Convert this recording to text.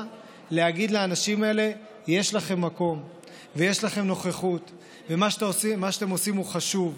להגיד לאנשים האלה: יש לכם מקום ויש לכם נוכחות ומה שאתם עושים הוא חשוב.